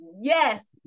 yes